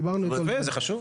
זה חשוב.